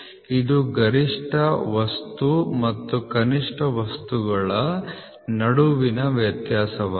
ಇದು ಗರಿಷ್ಠ ವಸ್ತು ಮತ್ತು ಕನಿಷ್ಠ ವಸ್ತುಗಳ ನಡುವಿನ ವ್ಯತ್ಯಾಸವಾಗಿದೆ